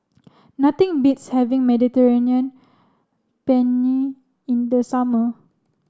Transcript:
nothing beats having Mediterranean Penne in the summer